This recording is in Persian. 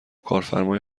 کارفرمای